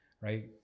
right